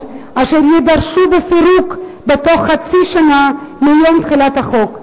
אשר יידרשו לפירוק בתוך חצי שנה מיום תחילת החוק.